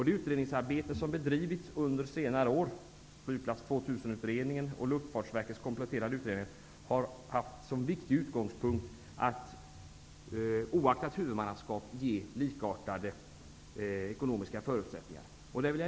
Det utredningsarbete som har bedrivits under senare år -- Flygplats 2000-utredningen och Luftfartsverkets kompletterande utredningar -- har därför haft såsom en viktig utgångspunkt att oaktat huvudmannaskapet ge likartade ekonomiska förutsättningar.